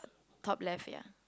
top left ya